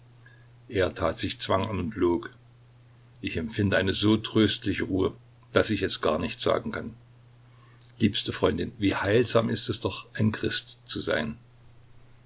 er tat sich zwang an und log ich empfinde eine so tröstliche ruhe daß ich es gar nicht sagen kann liebste freundin wie heilsam ist es doch ein christ zu sein